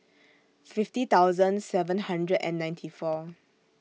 fifty thousand seven hundred and ninety four